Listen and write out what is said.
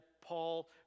Paul